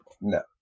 no